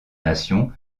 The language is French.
nations